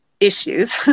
issues